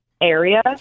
area